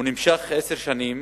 הוא נמשך עשר שנים,